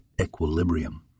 equilibrium